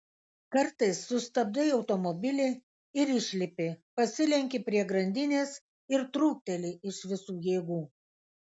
kartais sustabdai automobilį ir išlipi pasilenki prie grandinės ir trūkteli iš visų jėgų